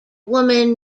woman